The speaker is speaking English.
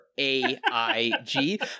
A-I-G